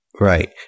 Right